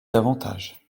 davantage